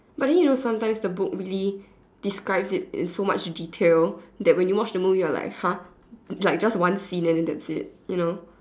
but then you know sometimes the book really describes it in so much detail that when you watch the movie you are like !huh! like just one scene and then that's it you know